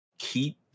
Keep